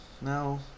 No